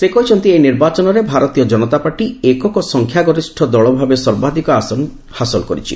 ସେ କହିଛନ୍ତି ଏହି ନିର୍ବାଚନରେ ଭାରତୀୟ ଜନତାପାର୍ଟି ଏକକ ସଂଖ୍ୟା ଗରିଷ୍ଣ ଦଳଭାବେ ସର୍ବାଧିକ ଆସନ ହାସଲ କରିଛି